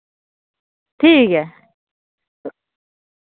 ठीक ऐ